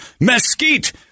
mesquite